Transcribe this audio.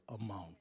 amount